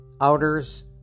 outers